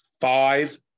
five